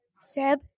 Seb